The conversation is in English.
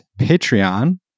Patreon